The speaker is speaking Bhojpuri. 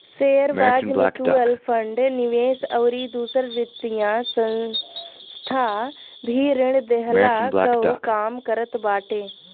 शेयरबाजार, मितुअल फंड, निवेश अउरी दूसर वित्तीय संस्था भी ऋण देहला कअ काम करत बाटे